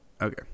okay